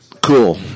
cool